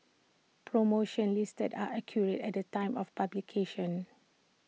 promotions listed are accurate at the time of publication